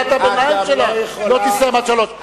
קריאת הביניים שלה לא תסתיים ב-15:00.